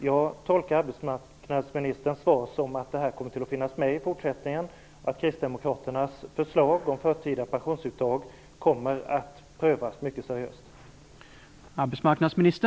Jag tolkar arbetsmarknadsministerns svar så att kristdemokraternas förslag om förtida pensionsuttag kommer att finnas med och prövas seriöst i framtiden.